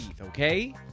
okay